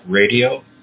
Radio